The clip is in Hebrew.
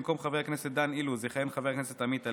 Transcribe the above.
במקום חבר הכנסת דן אילוז יכהן חבר הכנסת עמית הלוי,